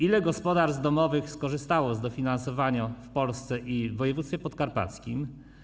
Ile gospodarstw domowych skorzystało z dofinansowania w Polsce i w województwie podkarpackim?